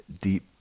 deep